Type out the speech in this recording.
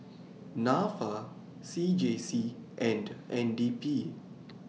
Nafa C J C and N D P